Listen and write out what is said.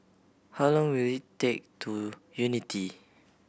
how long will it take to Unity